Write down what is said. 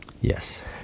Yes